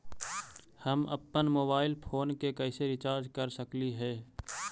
हम अप्पन mobile phone के कैसे रिचार्ज कर सकली हे?